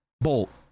Bolt